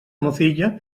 mozilla